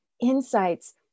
Insights